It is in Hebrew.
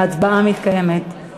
ההצבעה מתקיימת.